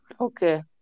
Okay